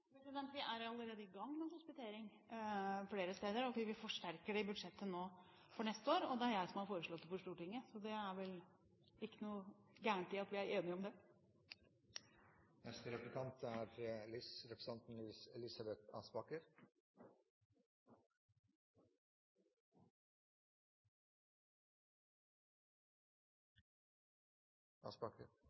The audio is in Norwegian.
Vi er jo allerede i gang med hospitering flere steder, og vi vil forsterke det i budsjettet nå for neste år. Det er jeg som har foreslått det for Stortinget, så det er vel ikke noe galt i at vi er enige om det?